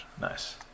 Nice